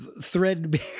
threadbare